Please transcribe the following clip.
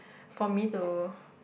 for me to